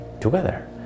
together